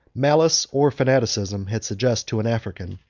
malice or fanaticism had suggested to an african,